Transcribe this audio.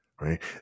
right